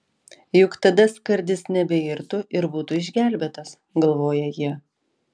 juk tada skardis nebeirtų ir būtų išgelbėtas galvoja jie